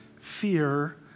fear